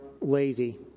lazy